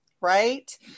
Right